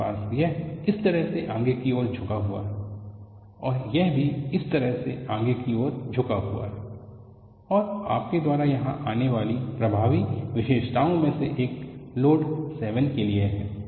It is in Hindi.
आपके पास यह इस तरह से आगे की ओर झुका हुआ है और यह भी इस तरह से आगे की ओर झुका हुआ है और आपके द्वारा यहां आने वाली प्रभावी विशेषताओं में से एक लोड 7 के लिए है